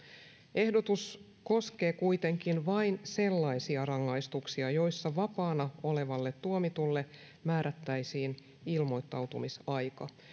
ehdotus koskee kuitenkin vain sellaisia rangaistuksia joissa vapaana olevalle tuomitulle määrättäisiin ilmoittautumisaika